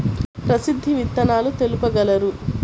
ప్రసిద్ధ విత్తనాలు తెలుపగలరు?